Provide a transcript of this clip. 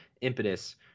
impetus